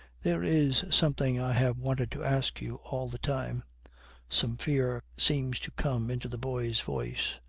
there is something i have wanted to ask you all the time some fear seems to come into the boy's voice.